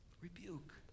rebuke